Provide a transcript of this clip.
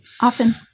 often